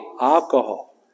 alcohol